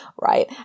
right